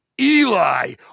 Eli